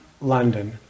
London